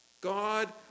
God